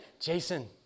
Jason